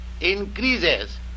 increases